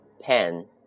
pen